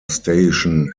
station